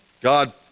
God